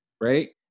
Ready